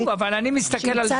לא חשוב, אבל אני מסתכל על זה.